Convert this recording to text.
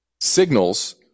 signals